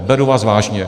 Beru vás vážně.